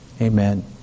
Amen